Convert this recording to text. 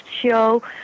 show